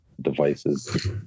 devices